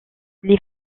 les